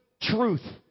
truth